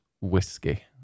whiskey